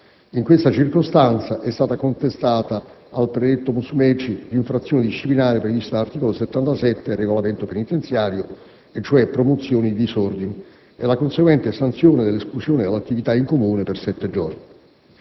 In questa circostanza è stata contestata al predetto l'infrazione disciplinare prevista dall'articolo 77 del regolamento penitenziario, e cioè "promozione di disordini e sommosse", e la conseguente sanzione dell'esclusione dalle attività in comune per sette giorni.